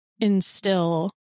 instill